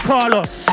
Carlos